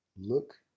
Look